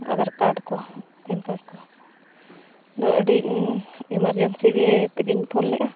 Aadhaar card ᱠᱚ PAN card ᱠᱚ ᱫᱚ ᱟᱹᱰᱤ ᱮᱢᱟᱨᱡᱮᱱᱥᱤ ᱜᱮ ᱛᱮᱜᱮᱧ ᱯᱷᱳᱱ ᱞᱮᱜᱼᱟ